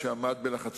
אם "עוף העמק",